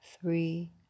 three